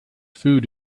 food